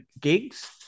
gigs